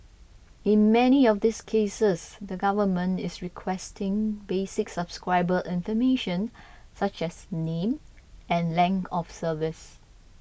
in many of these cases the government is requesting basic subscriber information such as name and of service